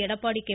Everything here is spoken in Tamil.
எடப்பாடி கே